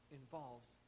involves